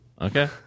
Okay